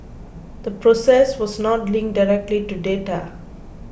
the process was not linked directly to data